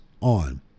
on